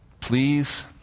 please